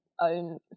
own